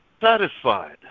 satisfied